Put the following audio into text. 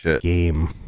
game